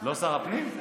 לא שר הפנים.